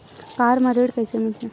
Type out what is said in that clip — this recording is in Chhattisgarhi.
कार म ऋण कइसे मिलही?